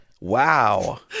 Wow